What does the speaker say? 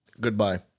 Goodbye